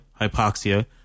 hypoxia